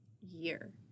year